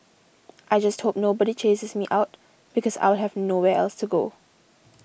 I just hope nobody chases me out because I'll have nowhere else to go